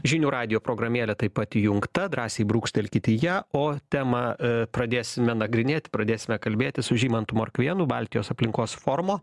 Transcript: žinių radijo programėlė taip pat įjungta drąsiai brūkštelkit į ją o temą pradėsime nagrinėt pradėsime kalbėtis su žymantu morkvėnu baltijos aplinkos forumo